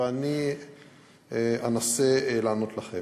ואני אנסה לענות לכם.